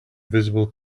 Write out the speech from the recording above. visible